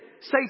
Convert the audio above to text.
say